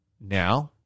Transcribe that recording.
now